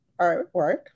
artwork